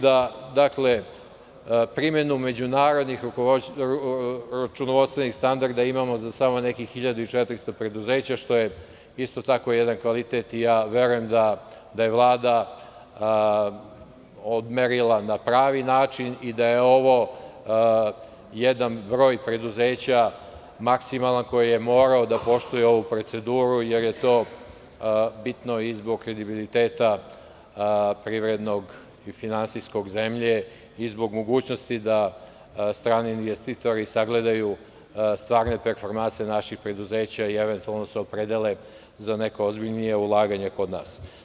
Dakle, primenu međunarodnih računovodstvenih standarda imamo za samo nekih 1.400 preduzeća, što je isto tako jedan kvalitet i ja verujem da je Vlada odmerila na pravi način, i da je ovo jedan broj preduzeća maksimalan, koji je morao da poštuje ovu proceduru, jer je to bitno i zbog kredibiliteta privrednog i finansijskog zemlje, i zbog mogućnosti da strani investitori sagledaju stvarne te informacije naših preduzeća i eventualno se opredele za neko ozbiljnije ulaganje kod nas.